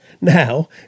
Now